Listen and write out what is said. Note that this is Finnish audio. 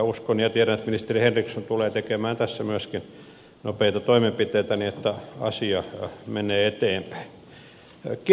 uskon ja tiedän että ministeri henriksson tulee tekemään tässä myöskin nopeita toimenpiteitä niin että asia menee eteenpäin